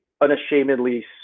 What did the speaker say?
unashamedly